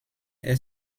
est